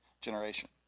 generation